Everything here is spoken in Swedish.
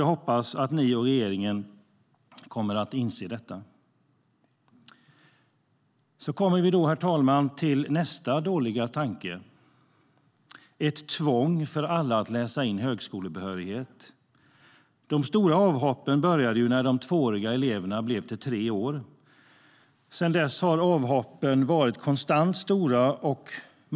Jag hoppas att ni och regeringen kommer att inse detta. Då kommer vi, herr talman, till nästa dåliga tanke: ett tvång för alla att läsa in högskolebehörighet. De stora avhoppen började när de tvååriga linjerna blev treåriga. Sedan dess har avhoppen varit konstant stora.